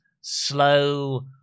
slow